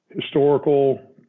historical